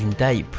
de